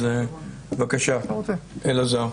אז בבקשה, אלעזר.